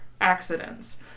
accidents